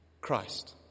Christ